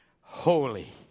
Holy